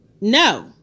No